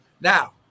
Now